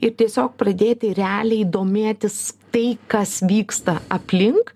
ir tiesiog pradėti realiai domėtis tai kas vyksta aplink